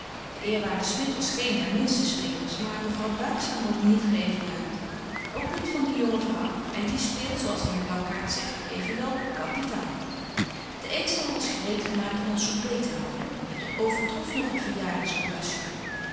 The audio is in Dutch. de eerwaarde smit was geen der minste spelers maar mevrouw buigzaam wordt niet geëvenaart ook niet van de jonge vrouw en die speelt zo als de heer blankaart zegt evenwel kapitaal de eetzaal was gereet gemaakt om ons soupée te houden het overtrof nog het